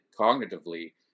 cognitively